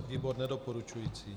Výbor nedoporučující.